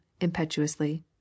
impetuously